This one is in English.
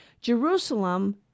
Jerusalem